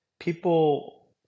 People